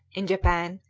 in japan,